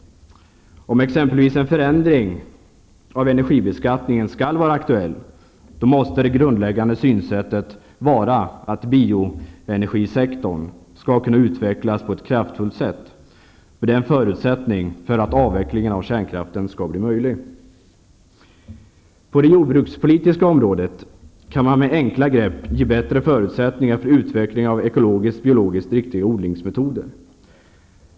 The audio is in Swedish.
Om exempelvis en förändring av energibeskattningen skall vara aktuell, måste det grundläggande synsättet vara att bioenergisektorn skall kunna utvecklas på ett kraftfullt sätt, för det är en förutsättning för att avvecklingen av kärnkraften skall bli möjlig. På det jordbrukspolitiska området kan man med enkla grepp ge bättre förutsättningar för utveckling av ekologisk-biologiskt riktiga odlingsmetoder.